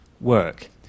work